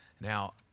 Now